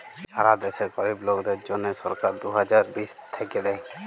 ছারা দ্যাশে গরীব লোকদের জ্যনহে সরকার দু হাজার বিশ থ্যাইকে দেই